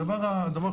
אנחנו יודעים